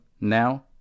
now